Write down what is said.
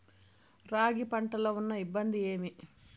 రాగి పంటలో ఉన్న ఇబ్బంది ఏమి?